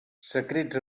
secrets